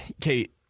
Kate